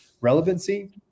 relevancy